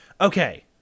Okay